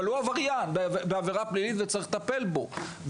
אבל הוא עבריין בעבירה פלילית וצריך לטפל בו,